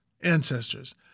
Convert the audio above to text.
ancestors